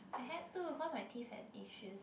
I had to cause my teeth had issues